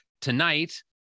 Tonight